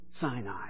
Sinai